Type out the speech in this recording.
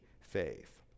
faith